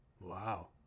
wow